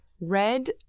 Red